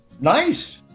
Nice